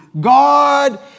God